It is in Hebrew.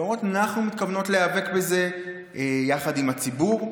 ואומרת: אנחנו מתכוונות להיאבק בזה יחד עם הציבור.